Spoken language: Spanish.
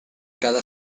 cada